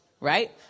right